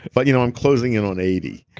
but you know i'm closing in on eighty.